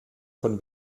von